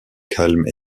calme